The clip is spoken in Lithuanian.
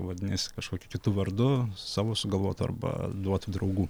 vadiniesi kažkokiu kitu vardu savo sugalvotu arba duotu draugų